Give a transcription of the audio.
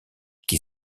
qui